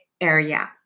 area